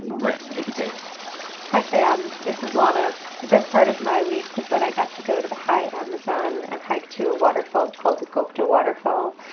brent, hit the tape hi, sam. this is lana. the best part of my week was that i got to go to the high amazon and hike to a waterfall called the gocta waterfall.